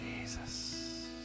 Jesus